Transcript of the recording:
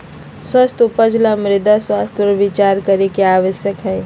स्वस्थ उपज ला मृदा स्वास्थ्य पर विचार करे के आवश्यकता हई